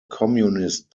communist